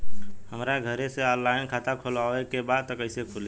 हमरा घरे से ऑनलाइन खाता खोलवावे के बा त कइसे खुली?